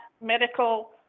medical